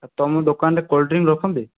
ତମ ଦୋକାନରେ cold drink ରଖନ୍ତି